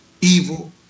evil